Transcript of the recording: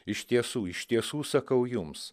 iš tiesų iš tiesų sakau jums